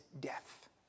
death